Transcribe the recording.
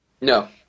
No